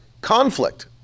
conflict